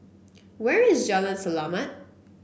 where is Jalan Selamat